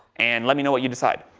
and let me know what you decide.